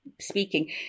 speaking